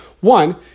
One